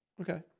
Okay